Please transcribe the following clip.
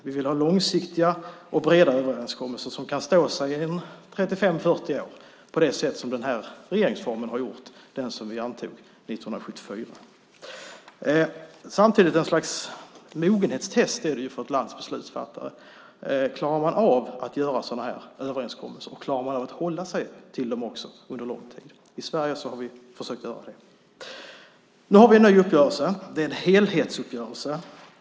Vi vill ha långsiktiga och breda överenskommelser som kan stå sig i 35-40 år, på det sätt som den regeringsform som antogs 1974 har gjort. Samtidigt är det ett slags mogenhetstest för ett lands beslutsfattare. Klarar man av att göra sådana här överenskommelser och hålla sig till dem under lång tid? I Sverige har vi försökt göra det. Nu har vi en ny uppgörelse. Det är en helhetsuppgörelse.